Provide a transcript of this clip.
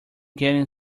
getting